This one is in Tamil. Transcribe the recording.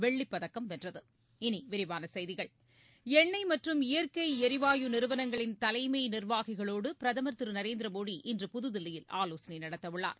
வெள்ளிப் பதக்கம் வென்றது இனி விரிவான செய்திகள் எண்ணெய் மற்றும் இயற்கை எரிவாயு நிறுவனங்களின் தலைமை நிர்வாகிகளோடு பிரதம் திரு நரேந்திரமோடி இன்று புதுதில்லியில் ஆலோசனை நடத்தவுள்ளார்